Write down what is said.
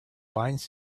binds